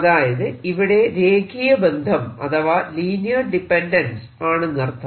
അതായത് ഇവിടെ രേഖീയ ബന്ധം അഥവാ ലീനിയർ ഡിപെൻഡൻസ് ആണെന്നർത്ഥം